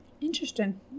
Interesting